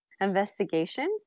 investigation